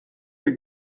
the